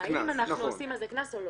אם אנחנו מטילים על זה קנס או לא,